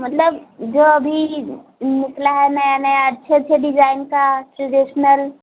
मतलब जो अभी निकला है नया नया अच्छे अच्छे डिजाइन का ट्रेडिशनल